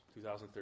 2013